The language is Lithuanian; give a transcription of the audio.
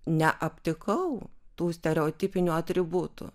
neaptikau tų stereotipinių atributų